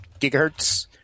gigahertz